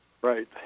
Right